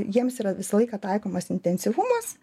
jiems yra visą laiką taikomas intensyvumas